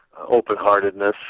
open-heartedness